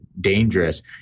dangerous